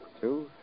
Two